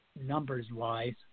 numbers-wise